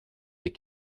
des